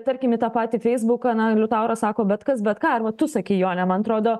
tarkim į tą patį feisbuką na liutauras sako bet kas bet ką arba tu sakei jone man trodo